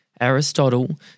Aristotle